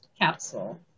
capsule